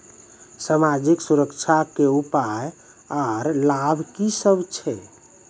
समाजिक सुरक्षा के उपाय आर लाभ की सभ छै?